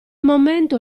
momento